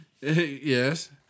Yes